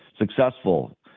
Successful